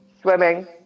Swimming